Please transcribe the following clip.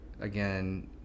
again